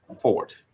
forward